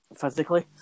physically